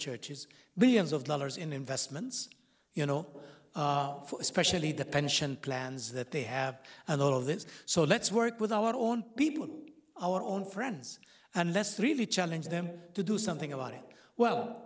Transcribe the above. churches billions of dollars in investments you know especially the pension plans that they have a lot of this so let's work with our own people our own friends unless really challenge them to do something about it well